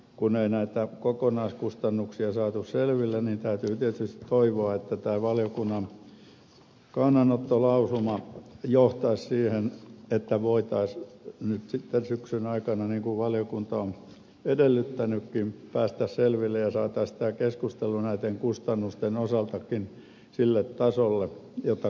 kun ei näitä kokonaiskustannuksia saatu selville niin täytyy tietysti toivoa että tämä valiokunnan kannanottolausuma johtaisi siihen että voitaisiin nyt sitten syksyn aikana niin kuin valiokunta on edellyttänytkin päästä niistä selville ja saataisiin tämä keskustelu näitten kustannustenkin osalta sille tasolle jota